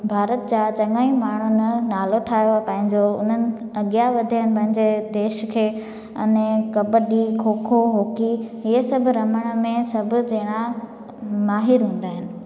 भारत जा चङा ई माण्हुनि नालो ठाहियो आहे पंहिंजो उन्हनि अॻिया वधिया आहिनि पंहिंजे देश खे अने कबड्डी खो खो हॉकी इहे सभु रमण में सभु ॼणा माहिर हूंदा आहिनि